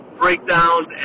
breakdowns